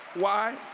why?